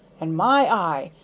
and my eye!